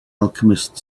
alchemist